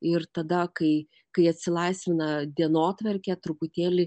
ir tada kai kai atsilaisvina dienotvarkė truputėlį